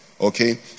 okay